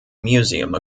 museum